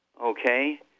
okay